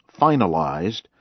finalized